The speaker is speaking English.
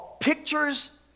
Pictures